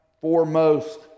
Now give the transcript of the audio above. foremost